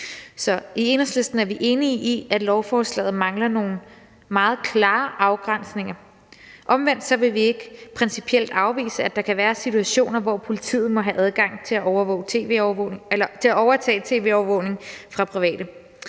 I Enhedslisten er vi enige i, at lovforslaget mangler nogle meget klarere afgrænsninger. Omvendt vil vi ikke principielt afvise, at der kan være situationer, hvor politiet må have adgang til at overtage tv-overvågning fra private.